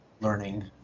learning